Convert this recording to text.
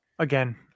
Again